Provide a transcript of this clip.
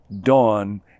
dawn